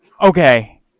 okay